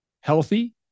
healthy